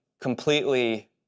completely